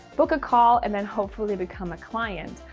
book a call and then hopefully become a client.